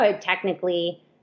technically